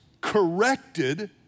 corrected